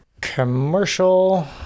Commercial